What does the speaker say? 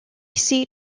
seat